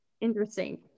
interesting